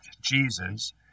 Jesus